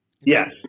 Yes